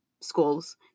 schools